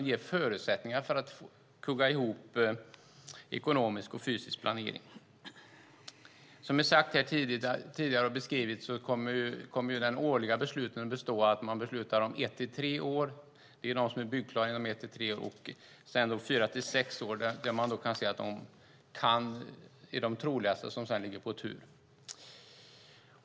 Det ger förutsättningar för att kugga ihop ekonomisk och fysisk planering. Som tidigare har beskrivits här kommer de årliga besluten att bestå av att man beslutar om ett till tre år. Det handlar alltså om det som är byggklart inom ett till tre år. När det gäller fyra till sex år är det de troligaste, som sedan ligger på tur.